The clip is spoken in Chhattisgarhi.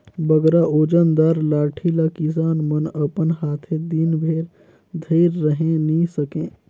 बगरा ओजन दार लाठी ल किसान मन अपन हाथे दिन भेर धइर रहें नी सके